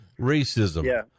racism